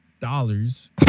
dollars